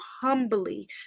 humbly